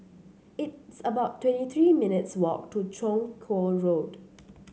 it's about twenty three minutes' walk to Chong Kuo Road